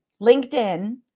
LinkedIn